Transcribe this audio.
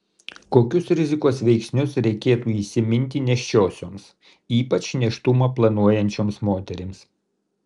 kokius rizikos veiksnius reikėtų įsiminti nėščiosioms ypač nėštumą planuojančioms moterims